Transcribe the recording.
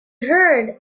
heard